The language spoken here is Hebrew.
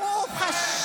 סכנה איומה.